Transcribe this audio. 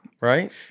Right